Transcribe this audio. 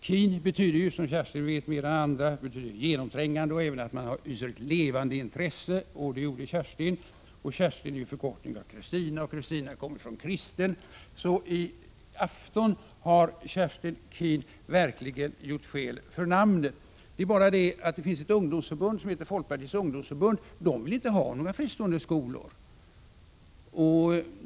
Keen betyder ju, som Kerstin vet mer än andra, genomträngande och står också för att man hyser ett levande intresse. Det visade Kerstin att hon gjorde. Kerstin är ju förkortning av Kristina, som kommer från kristen. I afton har således Kerstin Keen verkligen gjort skäl för namnet. Det är bara det att det finns ett ungdomsförbund som heter Folkpartiets ungdomsförbund. Medlemmarna där vill inte ha några fristående skolor.